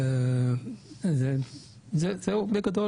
זהו בגדול.